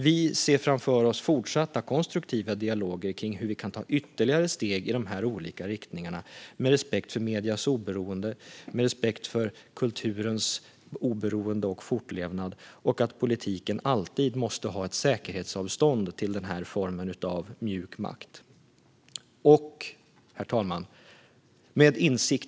Vi ser framför oss fortsatta konstruktiva dialoger om hur man kan ta ytterligare steg i de olika riktningarna, med respekt för mediernas oberoende och för kulturens oberoende och fortlevnad. Politiken måste alltid ha ett säkerhetsavstånd till den formen av mjuk makt. Herr talman!